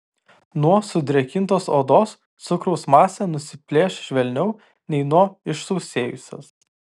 nuo sudrėkintos odos cukraus masė nusiplėš švelniau nei nuo išsausėjusios